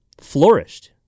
flourished